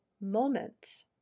moment